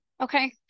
Okay